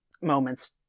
moments